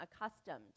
accustomed